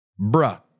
bruh